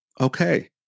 okay